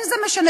אין זה משנה,